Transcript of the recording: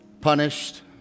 punished